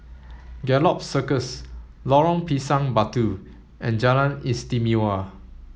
Gallop Circus Lorong Pisang Batu and Jalan Istimewa